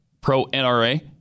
pro-NRA